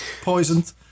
poisoned